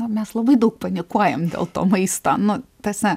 o mes labai daug panikuojam dėl to maisto nu tiesa